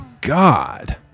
god